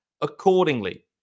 accordingly